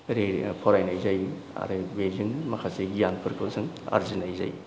ओरै फरायनाय जायो आरो बेजोंनो माखासे गियानफोरखौ जों आरजिनाय जायो